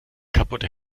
kaputte